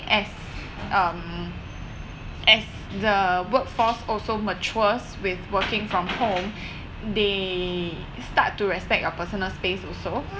as um as the workforce also matures with working from home they start to respect your personal space also